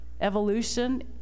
evolution